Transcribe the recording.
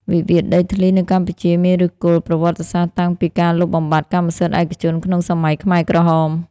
វិវាទដីធ្លីនៅកម្ពុជាមានឫសគល់ប្រវត្តិសាស្ត្រតាំងពីការលុបបំបាត់កម្មសិទ្ធិឯកជនក្នុងសម័យខ្មែរក្រហម។